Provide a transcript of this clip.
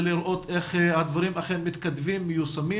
לראות איך הדברים אכן מתכתבים ומיושמים.